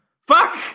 Fuck